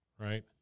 right